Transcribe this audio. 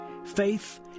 faith